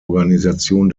organisation